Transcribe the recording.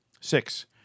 Six